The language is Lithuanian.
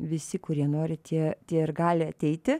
visi kurie nori tie tie ir gali ateiti